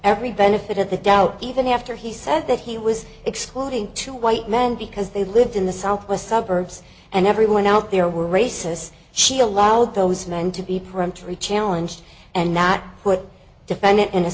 every benefit of the doubt even after he said that he was excluding two white men because they lived in the southwest suburbs and everyone out there were racist she allowed those men to be peremptory challenge and not put defendant in a